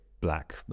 black